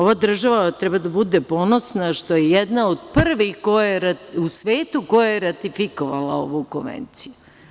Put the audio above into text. Ova država treba da bude ponosna što je jedna od prvih u svetu koja je ratifikovala ovu konvenciju.